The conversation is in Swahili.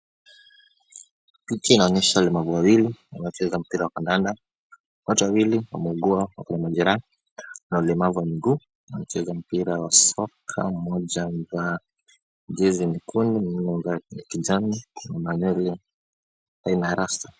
Picha inaonyesha walemavu wawili wanacheza mpira wa kandanda. Wote wawili wameugua wako na majeraha na ulemavu wa miguu. Wanacheza mpira wa soka. Mmoja amevaa jezi nyekundu, mwingine amevaa ya kijani na malaria ainarasa.